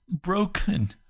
broken